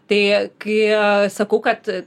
tai kai sakau kad